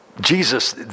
Jesus